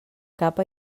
capa